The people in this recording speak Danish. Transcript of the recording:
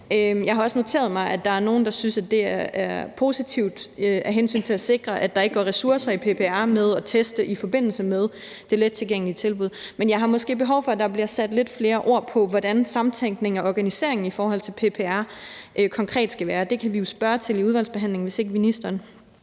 Jeg har også noteret mig, at der er nogle, der synes, at det er positivt af hensyn til at sikre, at der ikke går ressourcer i PPR med at teste i forbindelse med det lettilgængelige tilbud. Men jeg har måske behov for, at der bliver sat lidt flere ord på, hvordan samtænkningen og organiseringen i forhold til PPR konkret skal være. Det kan vi jo spørge til i udvalgsbehandlingen, hvis ikke ministeren